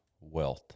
wealth